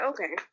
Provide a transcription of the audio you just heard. Okay